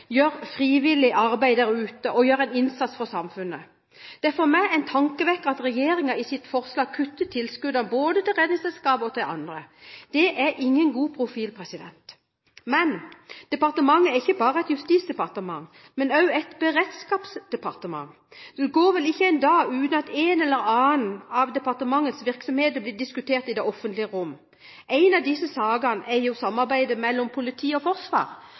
gjør frivillig arbeid der ute, og som gjør en innsats for samfunnet. Det er for meg en tankevekker at regjeringen i sitt forslag kutter tilskuddene både til Redningsselskapet og til andre. Det er ingen god profil. Men: Departementet er ikke bare et justisdepartement, det er også et beredskapsdepartement. Det går vel ikke én dag uten at et eller annet i departementets virksomhet blir diskutert i det offentlige rom. En av disse sakene er samarbeidet mellom politi og forsvar,